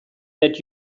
that